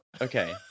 Okay